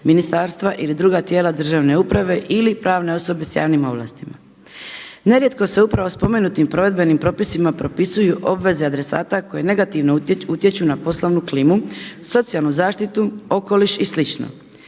ministarstva ili druga tijela državne uprave ili pravne osobe sa javnim ovlastima. Nerijetko se upravo spomenutim provedbenim propisima propisuju obveze adresata koje negativno utječu na poslovnu klimu, socijalnu zaštitu, okoliš i